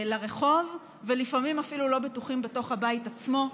לרחוב, לפעמים הם אפילו לא בטוחים בתוך הבית עצמו.